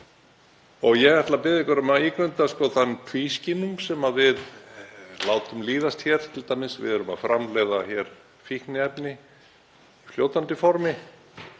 Ég ætla að biðja ykkur um að ígrunda þann tvískinnung sem við látum líðast hér t.d. Við erum að framleiða hér fíkniefni í fljótandi formi